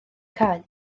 cae